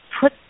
put